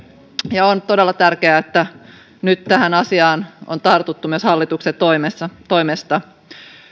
ja on todella tärkeää että nyt tähän asiaan on tartuttu myös hallituksen toimesta toimesta